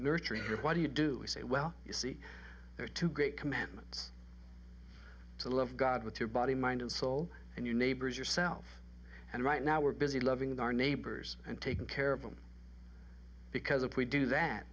nurturing what do you do you say well you see there are two great commandments to love god with your body mind and soul and your neighbor as yourself and right now we're busy loving our neighbors and taking care of them because if we do that